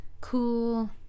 cool